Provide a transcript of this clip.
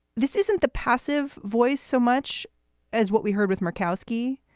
this isn't the passive voice so much as what we heard with murkowski,